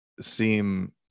seem